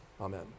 Amen